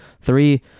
three